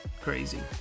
Crazy